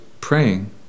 praying